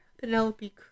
Penelope